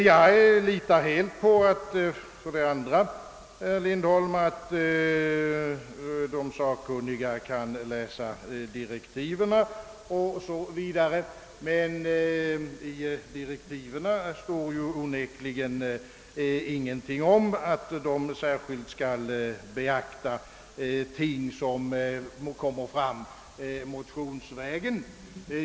Jag litar helt på, herr Lindholm, att de sakkunniga kan läsa direktiv o. s. v., men i direktiven står onekligen ingenting om att de särskilt skall beakta uppslag som förs fram motionsvägen.